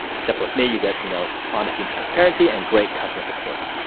except for with me you get you know honest and transparency and great customer support.